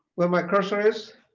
where my cursor is.